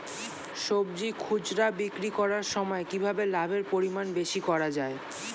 সবজি খুচরা বিক্রি করার সময় কিভাবে লাভের পরিমাণ বেশি করা যায়?